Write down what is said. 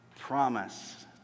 promise